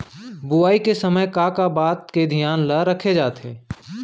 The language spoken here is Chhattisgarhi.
बुआई के समय का का बात के धियान ल रखे जाथे?